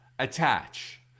attach